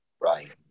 Right